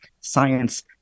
science